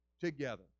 together